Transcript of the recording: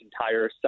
entire